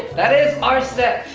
that is our set!